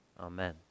Amen